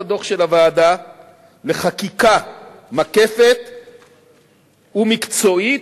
הדוח של הוועדה לחקיקה מקפת ומקצועית.